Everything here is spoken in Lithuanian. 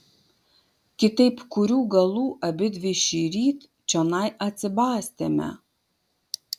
kitaip kurių galų abidvi šįryt čionai atsibastėme